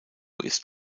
ist